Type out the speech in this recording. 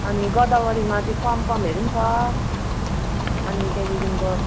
अनि गोदावरीमा चाहिँ पमपमहरू पनि छ अनि त्यहाँदेखिको